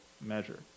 measure